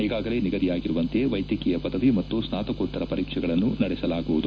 ಈಗಾಗಲೇ ನಿಗದಿಯಾಗಿರುವಂತೆ ವೈದ್ಯಕೀಯ ಪದವಿ ಮತ್ತು ಸ್ನಾತಕೋತ್ತರ ಪರೀಕ್ಷೆಗಳನ್ನು ನಡೆಸಲಾಗುವುದು